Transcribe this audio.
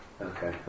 Okay